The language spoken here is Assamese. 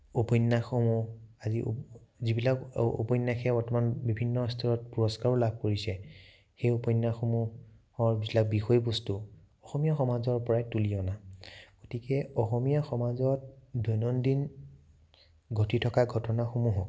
উপন্যাসসমূহ আজি যিবিলাক উপন্যাসে বৰ্তমান বিভিন্ন স্তৰত পুৰস্কাৰো লাভ কৰিছে সেই উপন্যাসসমূহৰ যিবিলাক বিষয় বস্তু অসমীয়া সমাজৰ পৰাই তুলি অনা গতিকে অসমীয়া সমাজত দৈনন্দিন ঘটি থকা ঘটনাসমূহক